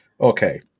Okay